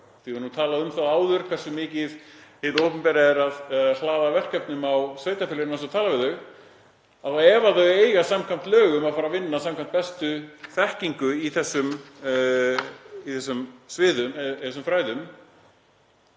Við höfum talað um það áður hversu mikið hið opinbera er að hlaða verkefnum á sveitarfélögin án þess að tala við þau. Ef þau eiga samkvæmt lögum að fara að vinna samkvæmt bestu þekkingu í þessum fræðum